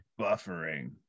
Buffering